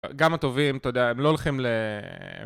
גם הטובים, תודה, הם לא הולכים ל...